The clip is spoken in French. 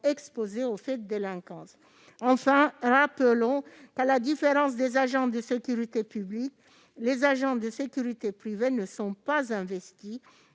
exposées aux faits de délinquance. De plus, rappelons qu'à la différence des agents de sécurité publique les agents de sécurité privée ne sont pas investis